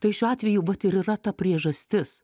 tai šiuo atveju vat ir yra ta priežastis